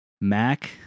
Mac